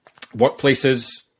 workplaces